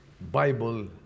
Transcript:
Bible